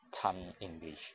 掺 english